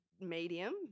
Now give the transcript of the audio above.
medium